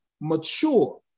mature